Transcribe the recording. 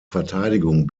verteidigung